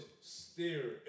stare